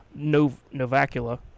Novacula